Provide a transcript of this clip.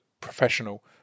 professional